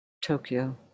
Tokyo